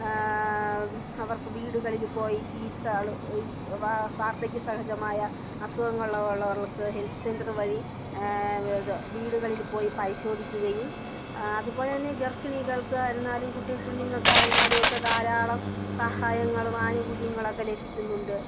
അവർക്ക് വീടുകളിൽ പോയി ചികിത്സകൾ വാർദ്ധക്യ സഹചമായ അസുഖങ്ങളുള്ളവർക്ക് ഹെൽത്ത് സെൻ്ററ് വഴി ഏത വീടുകളിൽ പോയി പരിശോധിക്കുകയും അതുപോലെ തന്നെ ഗർഭിണികൾക്ക് ആയിരുന്നാലും കുട്ടി കുഞ്ഞുങ്ങൾക്കായിരുന്നാലും ഒക്കെ ധാരാളം സഹായങ്ങളും ആനുകൂല്യങ്ങളും ഒക്കെ ലഭിക്കുന്നുണ്ട്